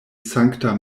sankta